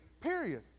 period